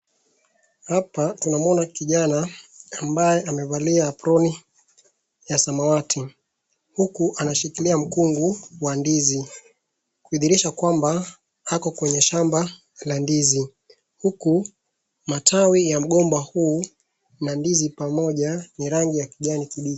Hapa tunamuona kijana ambaye amevalia aproni ya samawati huku anashikilia mkungu wa ndizi kuidhinisha kwamba ako kwenye shamba la ndizi. Huku matawi ya mgomba huu na ndizi pamoja ni rangi ya kijani kimbichi.